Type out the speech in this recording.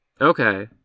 okay